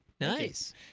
Nice